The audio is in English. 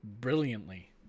brilliantly